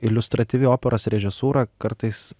iliustratyvi operos režisūra kartais